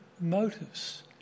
motives